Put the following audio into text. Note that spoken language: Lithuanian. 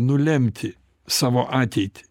nulemti savo ateitį